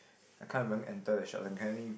I can't even enter the shops and Kenny